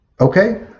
Okay